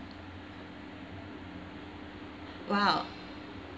!wow!